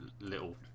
little